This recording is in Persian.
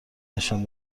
نشان